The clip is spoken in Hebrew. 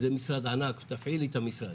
זה משרד ענק, תפעילי את המשרד.